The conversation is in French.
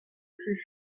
plus